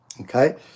Okay